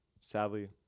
sadly